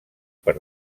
per